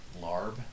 larb